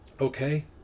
okay